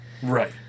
right